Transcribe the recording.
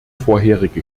vorherige